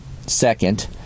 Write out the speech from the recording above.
second